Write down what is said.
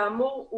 כאמור,